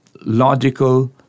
logical